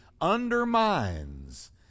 undermines